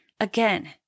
again